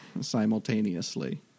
simultaneously